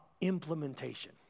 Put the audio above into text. implementation